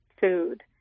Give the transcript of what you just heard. food